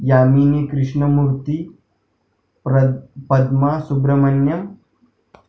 यामिनी कृष्णमूर्ती परत पद्मा सुब्रमण्यम